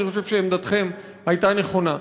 אני חושב שעמדתכם הייתה נכונה.